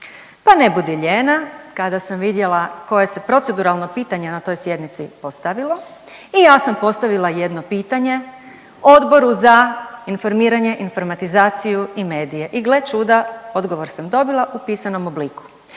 pa ne budi lijena kada sam vidjela koje se proceduralno pitanje na toj sjednici postavilo i ja sam postavila jedno pitanje Odboru za informiranje, informatizaciju i medije i gle čuda odgovor sam dobila u pisanom obliku.